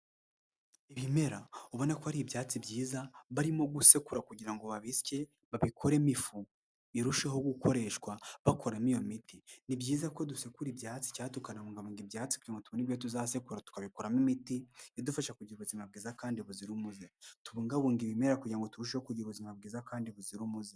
Ibimera ubona ko ari ibyatsi byiza barimo gusekura, kugira ngo babisye babikoremo ifu irusheho gukoreshwa bakuramo iyo miti. Ni byiza ko dusekura ibyatsi cyangwa tukanabungabunga ibyatsi, kugira ngo tubone ibyo tuzasekura tukabikuramo imiti idufasha kugira ubuzima bwiza kandi buzira umuze. Tubungabunge ibimera kugira ngo turusheho kugira ubuzima bwiza kandi buzira umuze.